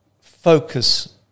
focus